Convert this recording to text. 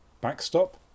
backstop